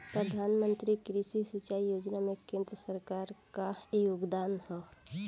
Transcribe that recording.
प्रधानमंत्री कृषि सिंचाई योजना में केंद्र सरकार क का योगदान ह?